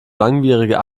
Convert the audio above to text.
langwierige